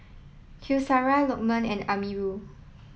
Qaisara Lokman and Amirul